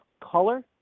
color